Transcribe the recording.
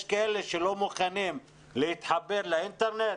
יש כאלה שלא מוכנים להתחבר לאינטרנט?